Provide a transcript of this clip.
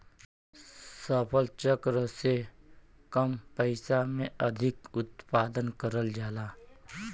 फसल चक्र से कम पइसा में अधिक उत्पादन करल जाला